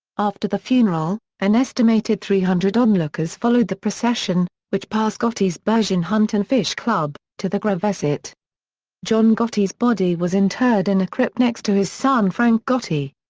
after the funeral, an estimated three hundred onlookers followed the procession, which passed gotti's bergin hunt and fish club, to the gravesite. john gotti's body was interred in a crypt next to his son frank gotti.